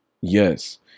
Yes